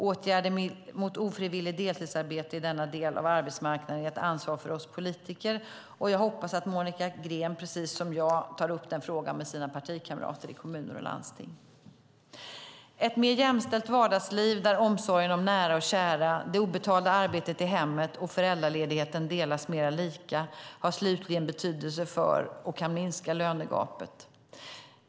Åtgärder mot ofrivilligt deltidsarbete i denna del av arbetsmarknaden är ett ansvar för oss politiker, och jag hoppas att Monica Green, precis som jag, tar upp den frågan med sina partikamrater i kommuner och landsting. Ett mer jämställt vardagsliv där omsorgen om nära och kära, det obetalda arbetet i hemmet och föräldraledigheten delas mer lika har slutligen betydelse för och kan minska lönegapet.